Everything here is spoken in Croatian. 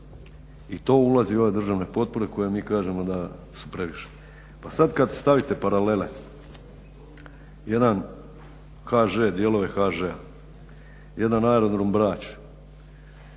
I to ulazi u ove državne potpore koje mi kažemo da su previše. Pa sad kad stavite paralele jedan HŽ, dijelove HŽ-a, jedan Aerodrom Brač,